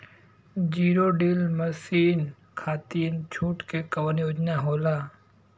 Zero till machine खाती छूट के कवन योजना होला?